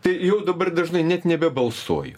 tai jau dabar dažnai net nebebalsuoju